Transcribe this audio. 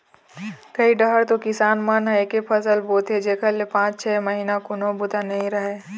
कइ डाहर तो किसान मन ह एके फसल बोथे जेखर ले पाँच छै महिना कोनो बूता नइ रहय